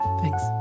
Thanks